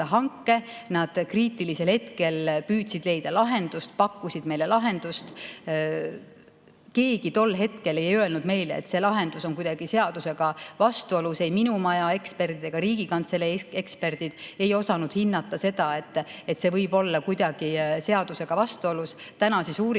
hanke, nad kriitilisel hetkel püüdsid leida lahendust, pakkusid meile lahendust. Keegi tol hetkel ei öelnud meile, et see lahendus on kuidagi seadusega vastuolus. Ei minu maja eksperdid ega Riigikantselei eksperdid ei osanud hinnata, et see võib olla kuidagi seadusega vastuolus. Täna siis